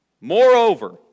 Moreover